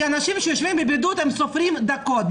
כי אנשים שיושבים בבידוד סופרים דקות.